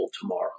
tomorrow